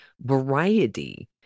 variety